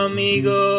Amigo